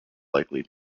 likely